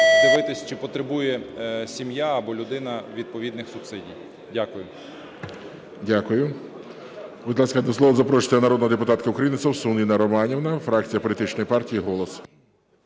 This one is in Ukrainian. дивитися, чи потребує сім'я або людина відповідних субсидій. Дякую. ГОЛОВУЮЧИЙ. Дякую. Будь ласка, до слова запрошується народна депутатка України Совсун Інна Романівна, фракція політичної партії "Голос".